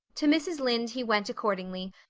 to mrs. lynde he went accordingly,